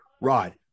Rod